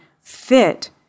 fit